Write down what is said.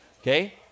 okay